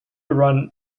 run